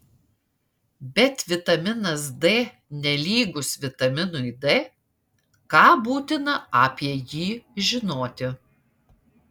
bet vitaminas d nelygus vitaminui d ką būtina apie jį žinoti